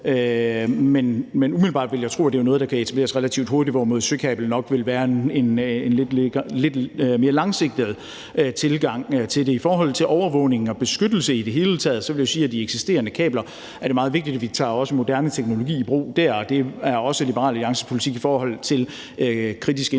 Men umiddelbart vil jeg tro, at det er noget, der kan etableres relativt hurtigt, hvorimod et søkabel nok ville være en mere langsigtet tilgang til det. I forhold til overvågningen og beskyttelse i det hele taget af de eksisterende kabler vil jeg sige, at det er meget vigtigt, at vi også tager moderne teknologi i brug der. Det er også Liberal Alliances politik i forhold til kritisk infrastruktur